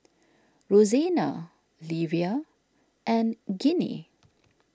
Rosena Livia and Ginny